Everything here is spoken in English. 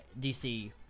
DC